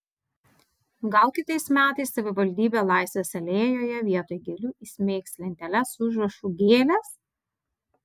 gal kitais metais savivaldybė laisvės alėjoje vietoj gėlių įsmeigs lenteles su užrašu gėlės